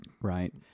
right